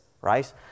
right